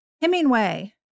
Hemingway